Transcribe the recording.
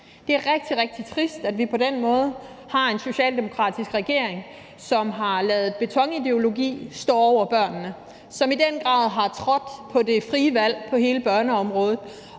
Det er rigtig, rigtig trist, at vi på den måde har en socialdemokratisk regering, som har ladet betonideologi stå over børnene, som i den grad har trådt på det frie valg på hele børneområdet,